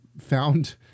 found